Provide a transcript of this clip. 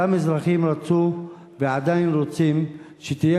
אותם אזרחים רצו ועדיין רוצים שתהיה